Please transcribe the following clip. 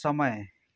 समय